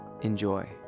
Enjoy